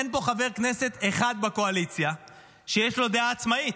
אין פה חבר כנסת אחד בקואליציה שיש לו דעה עצמאית.